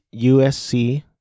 USC